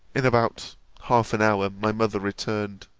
in about half an hour, my mother returned.